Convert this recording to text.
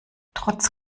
trotz